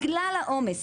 בגלל העומס,